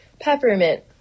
peppermint